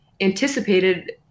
anticipated